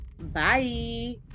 Bye